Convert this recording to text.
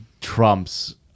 trumps